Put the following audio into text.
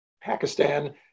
Pakistan